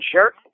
shirt